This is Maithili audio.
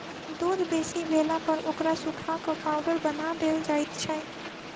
दूध बेसी भेलापर ओकरा सुखा क पाउडर बना देल जाइत छै